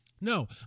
No